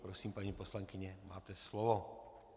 Prosím, paní poslankyně, máte slovo.